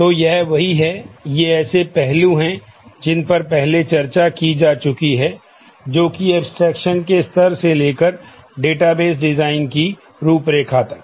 तो यह वही है ये ऐसे पहलू हैं जिन पर पहले चर्चा की जा चुकी है जो कि एब्सट्रैक्शन डिज़ाइन की रूपरेखा तक